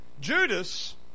Judas